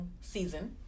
season